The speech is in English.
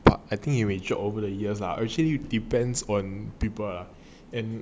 but I think you may drop over the years ah actually it depends on people and